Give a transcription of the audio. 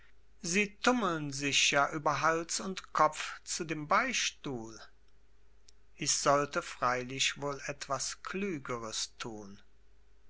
sie tummeln sich ja über hals und kopf zu dem beichtstuhl ich sollte freilich wohl etwas klügeres tun